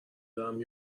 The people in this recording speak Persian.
دارم